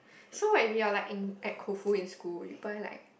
so what if you are like in at Koufu in school you buy like